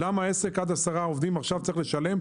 למה עסק עם עד עשרה עובדים צריך לשלם